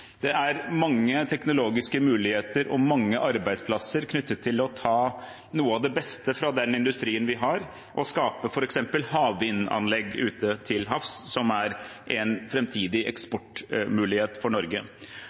Det er mange teknologiske muligheter og mange arbeidsplasser knyttet til å ta noe av det beste fra den industrien vi har, og skape f.eks. havvindanlegg ute til havs, som er en framtidig eksportmulighet for Norge.